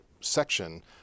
section